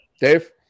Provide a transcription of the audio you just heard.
Dave